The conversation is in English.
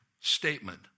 statement